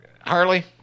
Harley